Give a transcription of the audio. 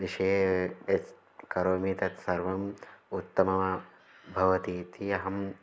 विषये यत् करोमि तत् सर्वम् उत्तमं भवतीति अहं